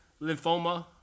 Lymphoma